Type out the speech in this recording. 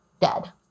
Dead